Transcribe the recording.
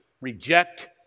reject